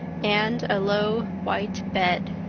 and a low white bed.